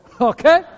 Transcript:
okay